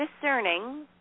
discerning